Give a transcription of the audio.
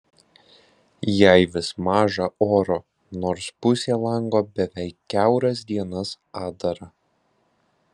jai vis maža oro nors pusė lango beveik kiauras dienas atdara